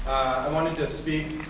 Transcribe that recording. i wanted to speak